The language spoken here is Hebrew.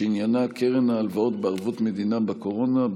שענייניה קרן ההלוואות בערבות מדינה בקורונה,